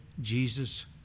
Jesus